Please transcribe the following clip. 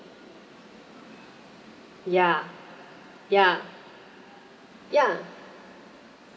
ya ya ya